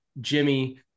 Jimmy